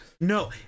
no